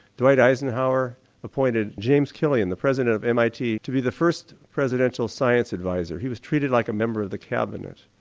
dwight eisenhower appointed james kelly and the president of mit to be the first presidential science advisor, he was treated like a member of the cabinet,